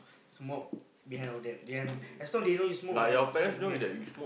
smoke behind of them them as long they don't know you smoke smoke behind them